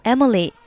Emily 。